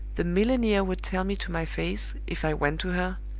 the milliner would tell me to my face, if i went to her,